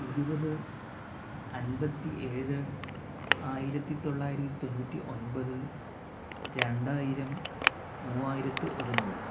ഇരുപത് അൻപത്തി ഏഴ് ആയിരത്തി തൊള്ളായിരത്തി തൊണ്ണൂറ്റി ഒൻപത് രണ്ടായിരം മൂവായിരത്തി ഒരുനൂറ്